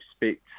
expect